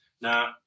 Now